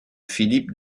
philippe